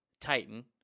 Titan